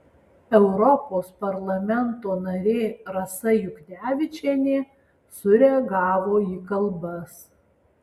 europos parlamento narė rasa juknevičienė sureagavo į kalbas